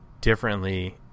differently